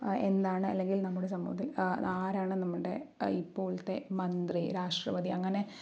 എന്താണ് അല്ലങ്കിൽ നമ്മുടെ സമൂഹത്തിൽ ആരാണ് നമ്മുടെ ഇപ്പോഴത്തെ മന്ത്രി രാഷ്ട്രപതി അങ്ങനെ